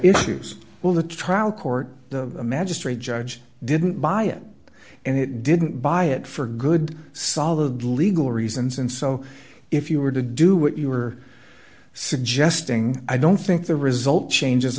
issues well the trial court the magistrate judge didn't buy it and it didn't buy it for good solid legal reasons and so if you were to do what you were suggesting i don't think the result changes